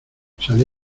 salí